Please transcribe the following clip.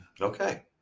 Okay